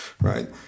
right